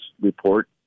report